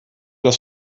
das